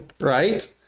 right